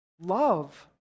love